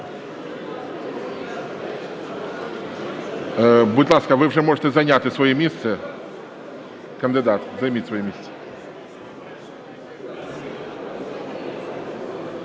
Будь ласка, ви вже можете зайняти своє місце. Кандидат, займіть своє місце.